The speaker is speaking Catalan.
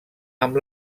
amb